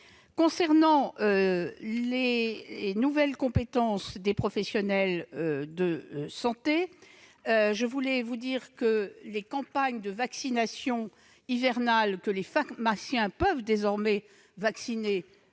viens aux nouvelles compétences des professionnels de santé. Dans le cadre des campagnes de vaccination hivernale, les pharmaciens peuvent désormais vacciner